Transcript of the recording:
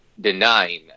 denying